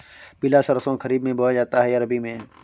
पिला सरसो खरीफ में बोया जाता है या रबी में?